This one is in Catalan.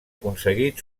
aconseguit